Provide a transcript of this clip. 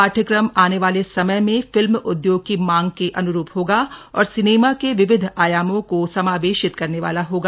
पाठ्यक्रम आने वाले समय में फिल्म उदयोग की मांग के अनुरूप होगा और सिनेमा के विविध आयामों को समावेशित करने वाला होगा